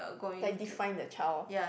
like define the child